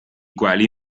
quali